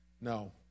No